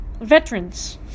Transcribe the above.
veterans